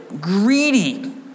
Greedy